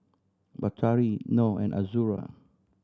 Batari Noh and Azura